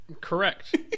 Correct